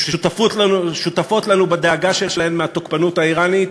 ששותפות לנו בדאגה שלהן מהתוקפנות האיראנית,